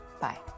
Bye